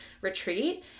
retreat